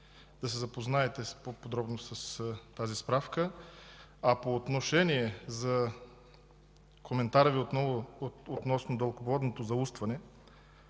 да се запознаете по-подробно с тази справка. А по отношение коментара Ви относно дълбоководното заустване